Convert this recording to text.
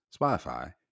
Spotify